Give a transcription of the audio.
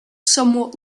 somewhat